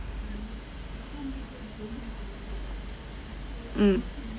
mm